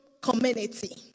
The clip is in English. community